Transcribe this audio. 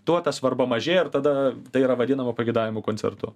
tuo ta svarba mažėja ir tada tai yra vadinama pageidavimų koncertu